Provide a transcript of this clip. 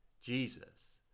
Jesus